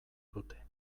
dute